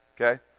Okay